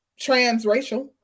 transracial